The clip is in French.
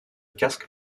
casque